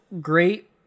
great